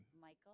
michael